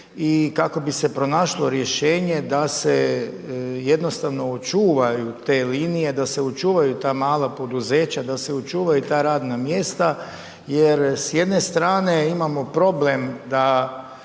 kako bi se ponašalo rješenje, da se jednostavno očuvaju te linije, da se očuvaju ta mala poduzeća, da se očuvaju ta radna mjesta, jer s jedne strane, imamo probleme, da